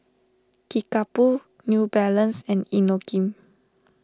Kickapoo New Balance and Inokim